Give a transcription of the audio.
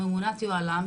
היא ממונת היוהל”ם,